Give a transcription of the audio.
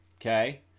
okay